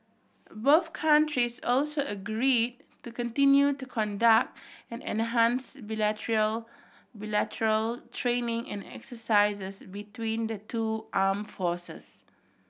both countries also agree to continue to conduct and enhance bilateral bilateral training and exercises between the two arm forces